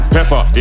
Pepper